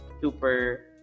super